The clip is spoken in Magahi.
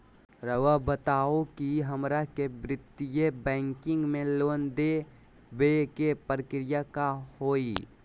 रहुआ बताएं कि हमरा के वित्तीय बैंकिंग में लोन दे बे के प्रक्रिया का होई?